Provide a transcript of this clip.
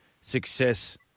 success